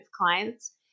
clients